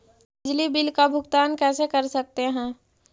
बिजली बिल का भुगतान कैसे कर सकते है?